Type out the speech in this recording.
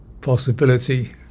possibility